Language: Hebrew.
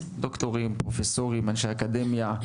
דוקטורים, פרופסורים, אנשי אקדמיה,